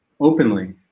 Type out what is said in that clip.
openly